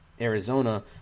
Arizona